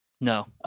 No